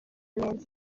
neza